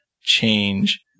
change